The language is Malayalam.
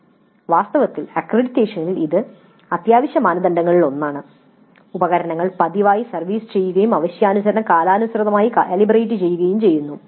" വാസ്തവത്തിൽ അക്രഡിറ്റേഷനിൽ ഇത് അത്യാവശ്യ മാനദണ്ഡങ്ങളിൽ ഒന്നാണ് ഉപകരണങ്ങൾ പതിവായി സർവീസ് ചെയ്യുകയും ആവശ്യാനുസരണം കാലാനുസൃതമായി കാലിബ്രേറ്റ് ചെയ്യുകയും ചെയ്യുന്നു